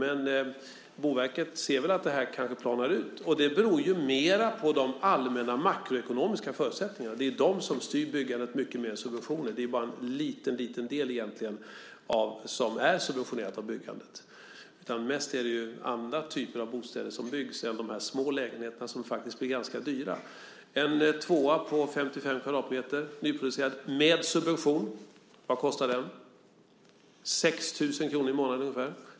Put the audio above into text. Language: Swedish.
Men Boverket ser att det kanske planar ut. Det beror mer på de allmänna makroekonomiska förutsättningarna. De styr byggandet mycket mer än subventioner. Det är egentligen bara en liten del av byggandet som är subventionerat. Mest är det andra typer av bostäder som byggs än de små lägenheterna som faktiskt blir ganska dyra. Vad kostar en nyproducerad tvåa på 55 kvadratmeter med subvention? Den kostar ungefär 6 000 kr i månaden.